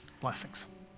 Blessings